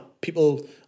People